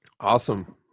Awesome